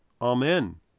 Amen